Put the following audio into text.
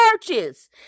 churches